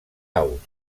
aus